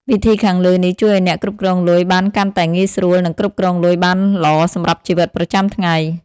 វិធីខាងលើនេះជួយឱ្យអ្នកគ្រប់គ្រងលុយបានកាន់តែងាយស្រួល និងគ្រប់គ្រងលុយបានល្អសម្រាប់ជីវិតប្រចាំថ្ងៃ។